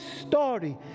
story